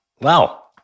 Wow